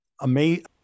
amazing